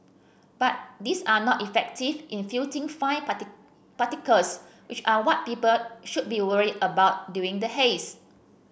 but these are not effective in filtering fine particles which are what people should be worried about during the haze